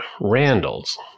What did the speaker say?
Randall's